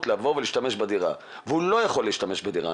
לבוא ולהשתמש בדירה והוא לא יכול להשתמש בדירה,